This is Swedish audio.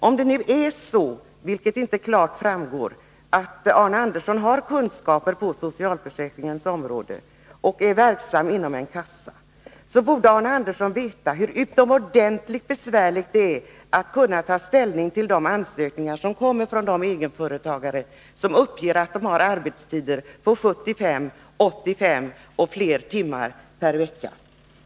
Om det är så, vilket inte klart framgick, att Arne Andersson har kunskaper på socialförsäkringens område och är verksam inom en kassa, borde han veta hur utomordentligt besvärligt det är att ta ställning till de ansökningar som kommer från egenföretagare som uppger att de har arbetstider på 75, 85 och fler timmar per vecka.